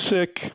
sick